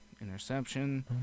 interception